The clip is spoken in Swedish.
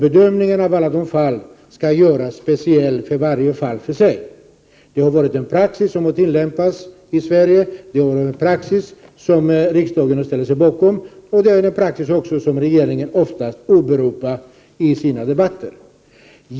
Bedömning av alla dessa fall skall göras speciellt för var och en för sig. Det har varit den praxis som har tillämpats i Sverige och som riksdagen ställer sig bakom, och det är den praxis som regeringen oftast åberopar i debatterna.